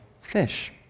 fish